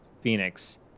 Phoenix